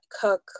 cook